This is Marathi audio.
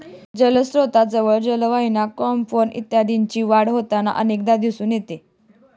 जलस्त्रोतांजवळ जलवाहिन्या, क्युम्पॉर्ब इत्यादींची वाढ होताना अनेकदा दिसून येते